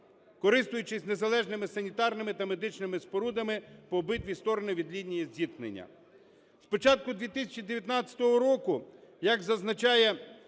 користуючись незалежними санітарними та медичними спорудами по обидві сторони від лінії зіткнення. З початку 2019 року, як зазначає